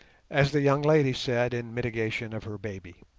as the young lady said in mitigation of her baby.